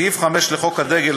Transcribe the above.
סעיף 5 לחוק הדגל,